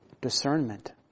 discernment